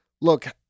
look